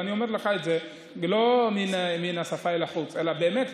אני אומר לך את זה לא מן השפה ולחוץ אלא באמת.